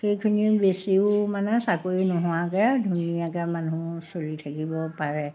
সেইখিনি বেছিও মানে চাকৰি নোহোৱাকৈ ধুনীয়াকৈ মানুহ চলি থাকিব পাৰে